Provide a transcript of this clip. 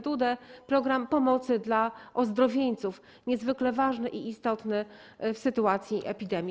Dudę program pomocy dla ozdrowieńców, niezwykle ważny i istotny w sytuacji epidemii.